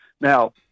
Now